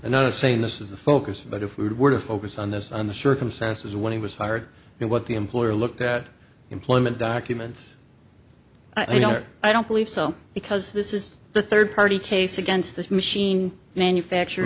another saying this is the focus but if we were to focus on this on the circumstances when he was hired and what the employer looked at employment documents i don't know i don't believe so because this is the third party case against this machine manufacture